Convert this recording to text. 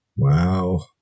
Wow